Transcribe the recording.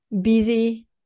busy